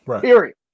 period